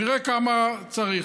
נראה כמה צריך.